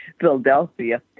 Philadelphia